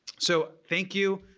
so thank you.